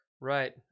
Right